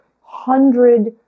hundred